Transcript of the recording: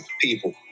people